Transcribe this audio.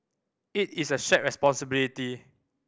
it is a shared responsibility